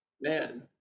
man